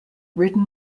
written